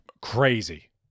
crazy